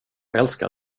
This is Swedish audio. älskar